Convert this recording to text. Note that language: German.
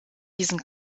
diesen